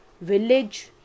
village